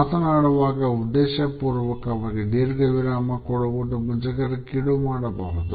ಮಾತನಾಡುವಾಗ ಉದ್ದೇಶಪೂರ್ವಕವಾಗಿ ದೀರ್ಘ ವಿರಾಮ ಕೊಡುವುದು ಮುಜುಗರಕ್ಕೀಡು ಮಾಡಬಹುದು